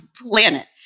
planet